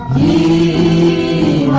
ea